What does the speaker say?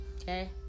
okay